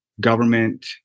government